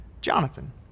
Jonathan